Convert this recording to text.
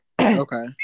Okay